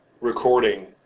recording